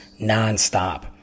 nonstop